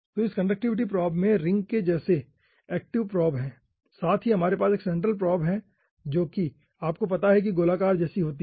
तो इस conductivity probe में रिंग के जैसी एक्टिव प्रोब है साथ ही हमारे पास एक सेंट्रल प्रोब हैं जो कि आपको पता है कि गोलाकार जैसी है